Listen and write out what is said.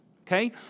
Okay